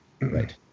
Right